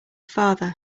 father